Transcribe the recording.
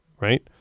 right